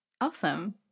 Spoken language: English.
Awesome